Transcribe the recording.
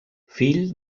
fill